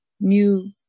New